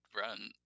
run